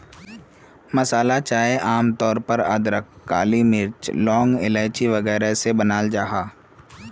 मसाला चाय आम तौर पे अदरक, काली मिर्च, लौंग, इलाइची वगैरह से बनाल जाहा